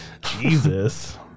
Jesus